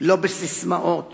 ולא בססמאות